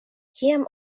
kiam